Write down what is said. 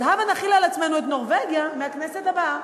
אז הבה נחיל על עצמנו את נורבגיה מהכנסת הבאה.